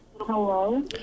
hello